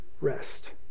rest